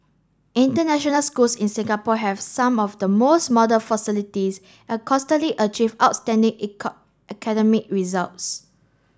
international schools in Singapore have some of the most modern facilities and consistently achieve outstanding academic results